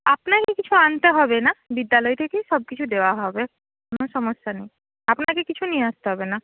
আপনাকে কিছু আনতে হবে না বিদ্যালয় থেকেই সব কিছু দেওয়া হবে কোনো সমস্যা নেই আপনাকে কিছু নিয়ে আসতে হবে না